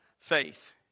faith